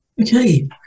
Okay